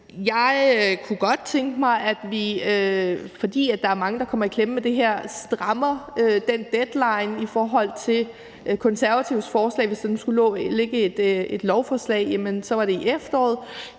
Jeg kunne godt tænke mig, at vi, fordi der er mange, der kommer i klemme med det her, strammer den deadline i forhold til Konservatives forslag – hvis der skulle ligge et lovforslag, var det i efteråret.